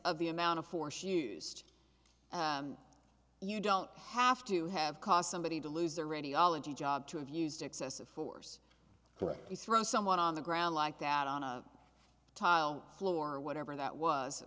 of the amount of force used you don't have to have cost somebody to lose their radiology job to have used excessive force correctly throw someone on the ground like that on a tile floor or whatever